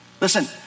Listen